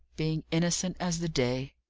being innocent as the day.